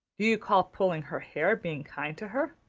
do you call pulling her hair being kind to her?